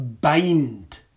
bind